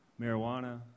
Marijuana